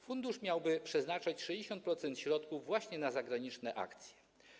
Fundusz miałby przeznaczać 60% środków właśnie na zagraniczne akcje.